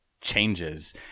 changes